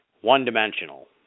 one-dimensional